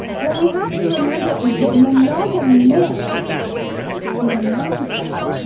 what we have to remember is that monogamish is a mindset,